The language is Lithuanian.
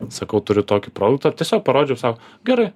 sakau turiu tokį produktą tiesiog parodžiau sau gerai